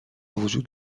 وجود